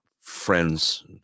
friends